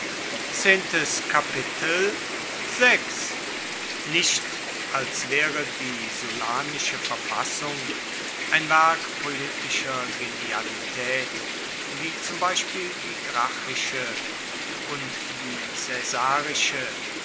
nicht als wäre die sullanische verfassung ein werk politischer genialität wie zum beispiel die gracchische und die